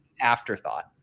afterthought